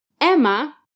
Emma